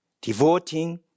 devoting